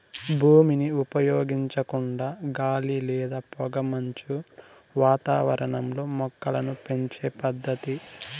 భూమిని ఉపయోగించకుండా గాలి లేదా పొగమంచు వాతావరణంలో మొక్కలను పెంచే పద్దతి